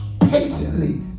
patiently